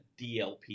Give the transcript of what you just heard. DLP